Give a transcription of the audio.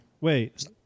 wait